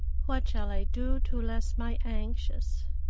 what shall i do to less my anxious?